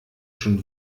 schon